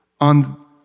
on